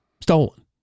stolen